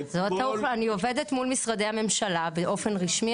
אני עובדת מול משרדי הממשלה אופן רשמי,